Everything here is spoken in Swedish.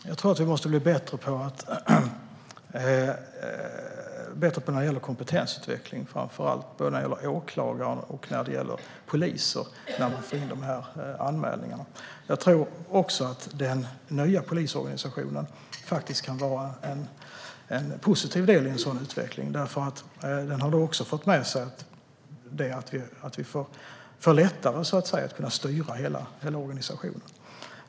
Herr talman! Jag tror framför allt att vi måste bli bättre på kompetensutveckling för både åklagare och de poliser som får in anmälningarna. Jag tror också att den nya polisorganisationen kan vara en positiv del i en sådan utveckling. Den har nämligen fört med sig att vi får lättare att styra hela organisationen.